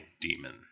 demon